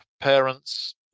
parents